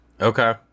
Okay